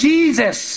Jesus